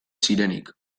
zirenik